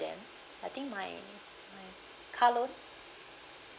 them I think my my car loan